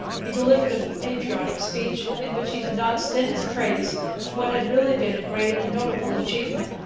he delivered a patriotic speech, in which he did not stint his praise of what had really been a great and notable achievement.